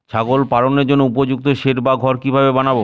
ছাগল পালনের জন্য উপযুক্ত সেড বা ঘর কিভাবে বানাবো?